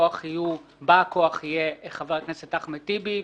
בא הכוח יהיה חבר הכנסת אחמד טיבי,